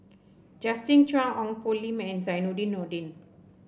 Justin Zhuang Ong Poh Lim and Zainudin Nordin